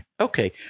Okay